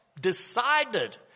decided